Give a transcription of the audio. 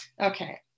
Okay